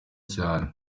cyane